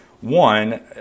one